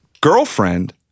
girlfriend